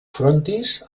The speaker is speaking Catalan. frontis